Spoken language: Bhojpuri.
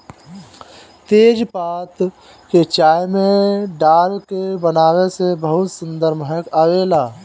तेजपात के चाय में डाल के बनावे से बहुते सुंदर महक आवेला